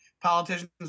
politicians